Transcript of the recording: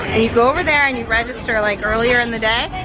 and you go over there and you register like earlier in the day,